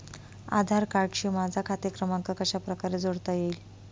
आधार कार्डशी माझा खाते क्रमांक कशाप्रकारे जोडता येईल?